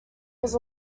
was